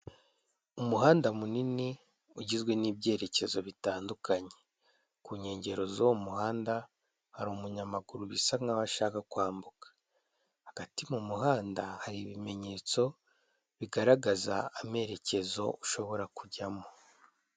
Umuhanda munini ugizwe n'ibyerekezo bitandukanye, ku nkengero z'uwo muhanda hari umunyamaguru bisa nk'aho ashaka kwambuka, hagati mu muhanda hari ibimenyetso bigaragaza amerekezo ushobora kujyamo.